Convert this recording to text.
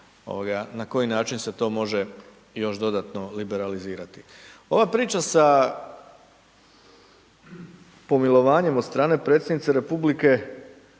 na koji način se to može još dodatno liberalizirati. Ova priča sa pomilovanjem od strane predsjednice RH